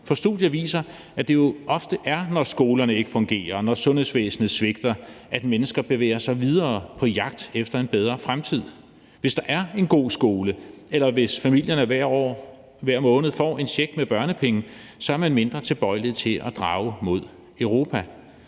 for studier viser, at det ofte er, når skolerne ikke fungerer, når sundhedsvæsenet svigter, at mennesker bevæger sig videre på jagt efter en bedre fremtid. Hvis der er en god skole, eller hvis familierne hver måned får en check med børnepenge, er man mindre tilbøjelig til at drage mod Europa.